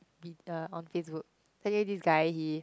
Vita on Facebook but anyway this guy he